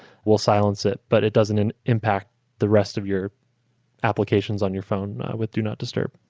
we'll silence it. but it doesn't impact the rest of your applications on your phone with do not disturb.